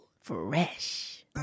Fresh